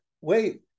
wait